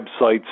websites